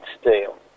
steel